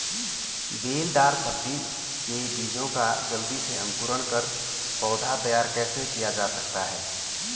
बेलदार सब्जी के बीजों का जल्दी से अंकुरण कर पौधा तैयार कैसे किया जा सकता है?